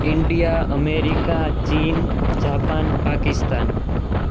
India America China Japan Pakistan